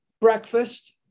breakfast